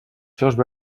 això